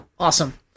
Awesome